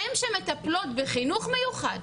הן שמטפלות בחינוך מיוחד,